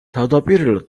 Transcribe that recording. თავდაპირველად